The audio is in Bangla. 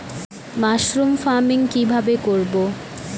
মাসরুম ফার্মিং কি ভাবে করব?